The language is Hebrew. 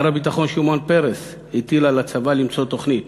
שר הביטחון שמעון פרס הטיל על הצבא למצוא תוכנית,